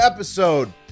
Episode